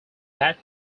that